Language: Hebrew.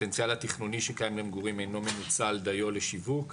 הפוטנציאל התכנוני שקיים למגורים אינו מנוצל דיו לשיווק.